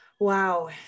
Wow